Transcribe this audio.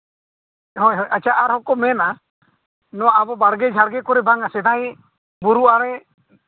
ᱦᱳᱭ ᱦᱳᱭ ᱟᱪᱪᱷᱟ ᱟᱨ ᱦᱚᱸᱠᱚ ᱢᱮᱱᱟ ᱱᱚᱣᱟ ᱵᱟᱲᱜᱮ ᱡᱷᱟᱲᱜᱮ ᱠᱚᱨᱮ ᱵᱟᱝᱟ ᱥᱮᱫᱟᱭ ᱵᱩᱨᱩ ᱟᱲᱮᱹ